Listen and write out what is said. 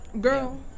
Girl